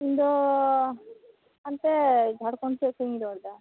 ᱤᱧ ᱫᱚ ᱚᱱᱛᱮ ᱡᱷᱟᱲᱠᱷᱚᱸᱰ ᱥᱮᱫ ᱠᱷᱚᱱᱤᱧ ᱨᱚᱲ ᱮᱫᱟ